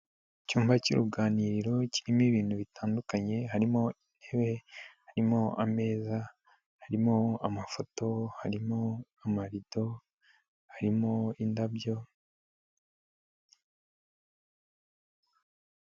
Icyumba cy'uruganiriro kirimo ibintu bitandukanye, harimo intebe, harimo ameza, harimo amafoto, harimo amarido, harimo indabyo.